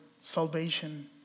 salvation